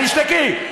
תשתקי.